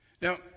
Now